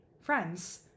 friends